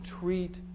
treat